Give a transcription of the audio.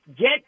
get